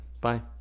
Bye